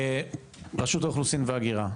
רשות האוכלוסין וההגירה,